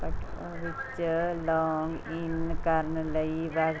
petrol ਵਿੱਚ login ਕਰਨ ਲਈ ਵਰਤ